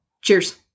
Cheers